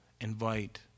Invite